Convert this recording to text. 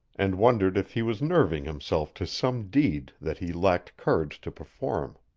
and wondered if he was nerving himself to some deed that he lacked courage to perform.